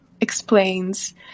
explains